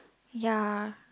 ya